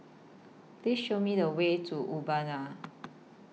Please Show Me The Way to Urbana